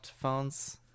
phones